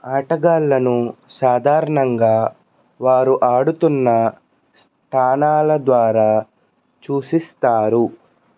ఆటగాళ్ళను సాధారణంగా వారు ఆడుతున్న స్థానాల ద్వారా సూచిస్తారు